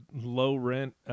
low-rent